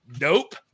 nope